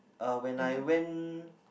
uh when I went